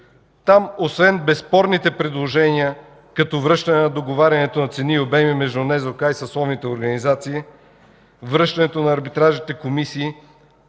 Там освен безспорните предложения, като връщане на договарянето на цени и обеми между НЗОК и съсловните организации; връщането на арбитражните комисии